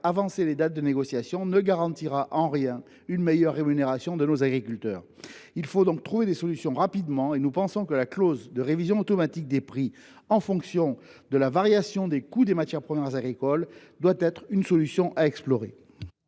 d’avancer les dates de négociations ne garantira en rien une meilleure rémunération de nos agriculteurs. Il faut donc trouver des solutions rapidement. Selon nous, la clause de révision automatique des prix en fonction de la variation des coûts des matières premières agricoles doit être une solution à explorer.